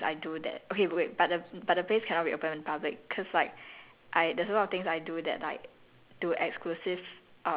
ya the reason is cause like um there's a lot of things I do that okay wait but the but the place cannot be open to public cause like